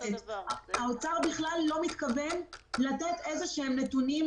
האוצר בכלל לא מתכוון לתת נתונים,